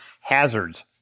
hazards